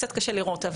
קצת קשה לראות,